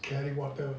carrying water